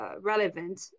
relevant